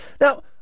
Now